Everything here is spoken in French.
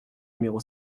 numéro